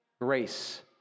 grace